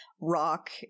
rock